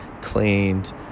cleaned